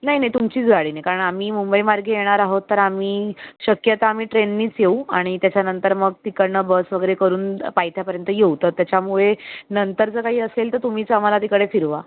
नाही नाही तुमचीच गाडीने कारण आम्ही मुंबईमार्गे येणार आहोत तर आम्ही शक्यता आम्ही ट्रेननीच येऊ आणि त्याच्यानंतर मग तिकडनं बस वगैरे करून पायथ्यापर्यंत येऊ तर त्याच्यामुळे नंतर जर काही असेल तर तुम्हीच आम्हाला तिकडे फिरवा